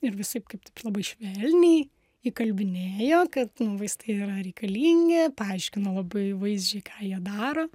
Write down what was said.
ir visaip kaip taip labai švelniai įkalbinėjo kad nu vaistai yra reikalingi paaiškino labai vaizdžiai ką jie daro